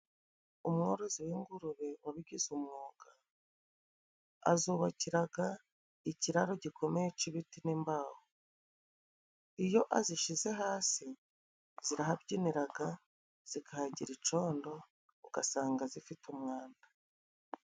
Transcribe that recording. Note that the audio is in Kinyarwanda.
umworozi w'ingurube wabigize umwuga, azubakiraga ikiraro gikomeye cy'ibiti n'imbaho. Iyo azishize hasi zirahabyiniraga, zikahagira icondo, ugasanga zifite umwanda.